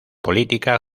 política